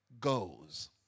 goes